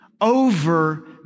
over